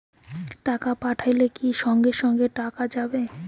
টাকা পাঠাইলে কি সঙ্গে সঙ্গে টাকাটা যাবে?